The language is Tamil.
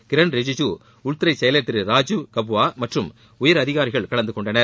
கிரண்ரெஜு உள்துறை செயலர் திரு ராஜுவ் கவ்பா மற்றும் உயர் அதிகாரிகள் கலந்துகொண்டனர்